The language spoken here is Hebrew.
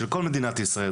של כל מדינת ישראל,